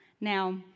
Now